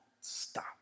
stop